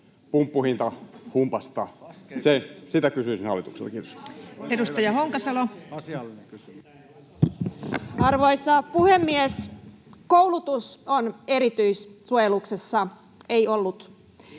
pumppuhintahumpasta. Sitä kysyisin hallitukselta. — Kiitos. Edustaja Honkasalo. Arvoisa puhemies! ”Koulutus on erityissuojeluksessa.” — Ei ollut.